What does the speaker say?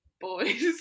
boys